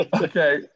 okay